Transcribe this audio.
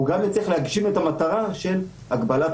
והוא גם יצליח להגשים את המטרה של הגבלת